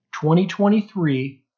2023